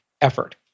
effort